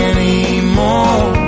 Anymore